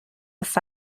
phi